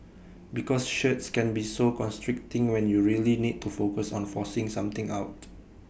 because shirts can be so constricting when you really need to focus on forcing something out